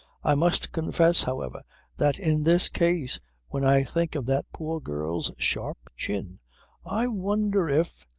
i must confess however that in this case when i think of that poor girl's sharp chin i wonder if.